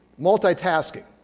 multitasking